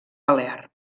balear